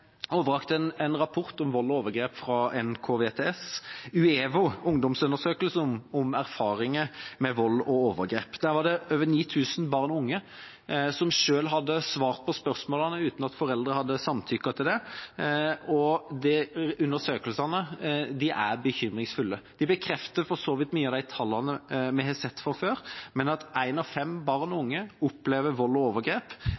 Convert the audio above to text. overrakt en rapport om vold og overgrep fra NKVTS, Nasjonalt kunnskapssenter om vold og traumatisk stress: UEVO – Ungdomsundersøkelsen om erfaringer med vold og overgrep. Der var det over 9 000 barn og unge som hadde svart på spørsmål uten at foreldrene hadde samtykket til det, og svarene er bekymringsfulle. De bekrefter for så vidt mange av de tallene vi har sett fra før, men at ett av fem barn og unge opplever vold og overgrep,